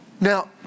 Now